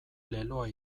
leloa